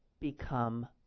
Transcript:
become